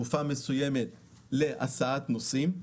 בתקופה מסוימת להסעת נוסעים.